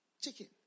chicken